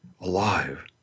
alive